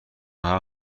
همه